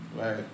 right